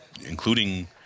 including